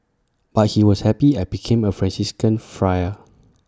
but he was happy I became A Franciscan Friar